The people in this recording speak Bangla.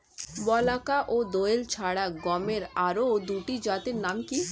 বলাকা ও দোয়েল ছাড়া গমের আরো দুটি জাতের নাম কি?